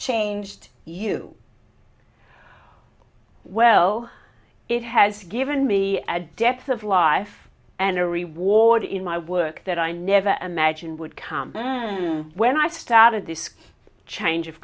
changed you well it has given me a deaths of life and a reward in my work that i never imagined would come when i step out of this change of